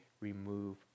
remove